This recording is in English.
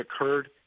occurred